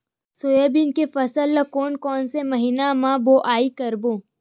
Soybean के फसल ल कोन कौन से महीना म बोआई करबो?